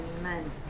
Amen